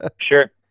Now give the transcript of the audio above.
Sure